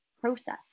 process